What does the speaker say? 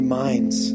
minds